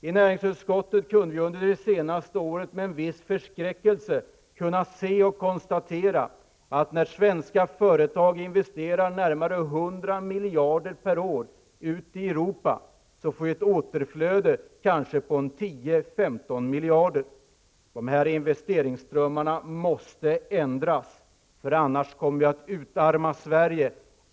I näringsutskottet kunde jag under det senaste året med viss förskräckelse konstatera att när svenska företag investerar närmare 100 miljarder per år ute i Europa, sker det ett återflöde på kanske 10--15 miljarder. De här investeringsströmmarna måste ändras, för annars kommer vi att utarma Sverige.